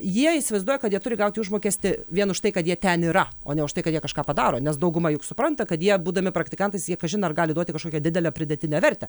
jie įsivaizduoja kad jie turi gauti užmokestį vien už tai kad jie ten yra o ne už tai kad jie kažką padaro nes dauguma juk supranta kad jie būdami praktikantais jie kažin ar gali duoti kažkokią didelę pridėtinę vertę